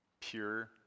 pure